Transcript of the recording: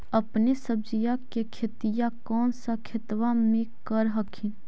अपने सब्जिया के खेतिया कौन सा खेतबा मे कर हखिन?